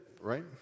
right